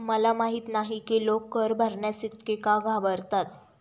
मला माहित नाही की लोक कर भरण्यास इतके का घाबरतात